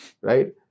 right